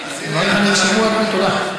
דבריך נרשמו, אדוני.